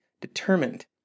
determined